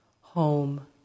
home